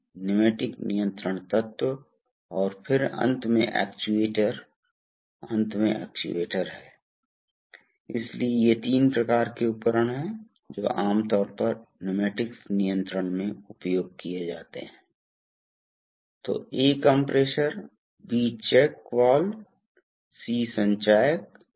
और आप इन्हें ड्राइव कर सकते हैं ये आम तौर पर इलेक्ट्रो हाइड्रोलिक वाल्व होते हैं ताकि आप इन्हें सही तरीके से मुख्य रूप से करंट का उपयोग करके और ताकि आप कभी कभी कंप्यूटिंग इंटरफेस का उपयोग करके ड्राइव कर सकें एप्लिकेशन के प्रमुख क्षेत्रों में से एक एवियोनिक्स है